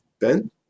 Ben